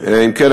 כן,